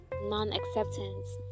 non-acceptance